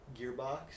gearbox